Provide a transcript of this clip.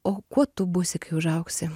o kuo tu būsi kai užaugsi